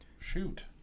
Shoot